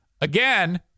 Again